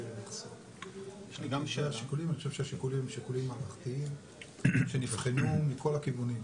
אני חושב שהשיקולים הם שיקולים מערכתיים שנבחנו מכל הכיוונים.